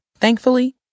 Thankfully